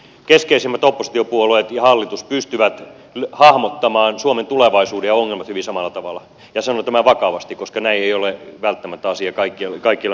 keskeisimmät oppositiopuolueet ja hallitus pystyvät hahmottamaan suomen tulevaisuuden ja ongelmat hyvin samalla tavalla ja sanon tämän vakavasti koska näin ei ole välttämättä asia kaikkialla maailmassa